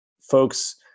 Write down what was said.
folks